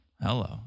Hello